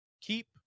Keep